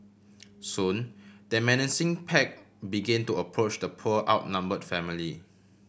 soon the menacing pack begin to approach the poor outnumbered family